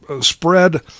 spread